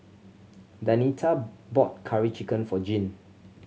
Danita bought Curry Chicken for Jeane